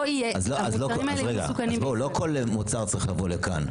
לא כל מוצר צריך לבוא לפה.